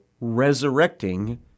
resurrecting